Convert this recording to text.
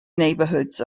neighbourhoods